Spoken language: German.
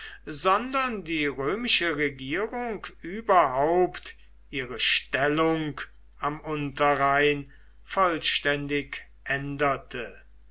sondern die römische regierung überhaupt ihre stellung am unterrhein vollständig änderte